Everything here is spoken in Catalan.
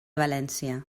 valència